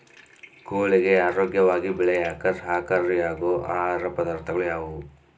ಕೋಳಿಗೆ ಆರೋಗ್ಯವಾಗಿ ಬೆಳೆಯಾಕ ಸಹಕಾರಿಯಾಗೋ ಆಹಾರ ಪದಾರ್ಥಗಳು ಯಾವುವು?